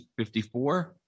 54